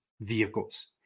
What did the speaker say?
vehicles